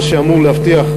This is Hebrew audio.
מה שאמור להבטיח,